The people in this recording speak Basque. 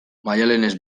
maialenez